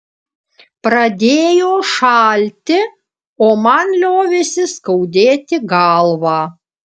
pradėjo šalti o man liovėsi skaudėti galvą